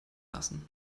lassen